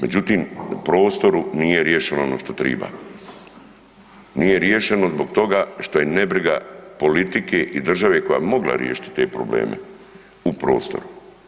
Međutim, u prostoru nije riješeno ono što triba, nije riješeno zbog toga što je nebriga politike i države koja bi mogla riješiti te probleme u prostoru.